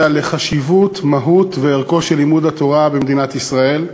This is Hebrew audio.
לנושא חשיבות לימוד התורה במדינת ישראל,